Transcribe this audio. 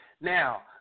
Now